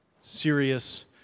serious